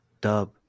dub